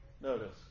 notice